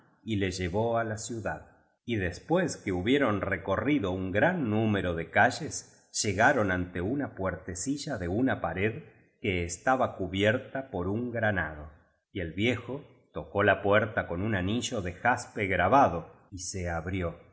y le llevó á la ciudad y después que hubieron recorrido un gran número de ca lles llegaron ante una puertecilla de una pared que estaba cubierta por un granado y el viejo tocó la puerta con un anillo de jaspe grabado y se abrió